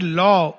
law